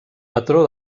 patró